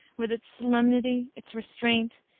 with its solemnity, its restraint,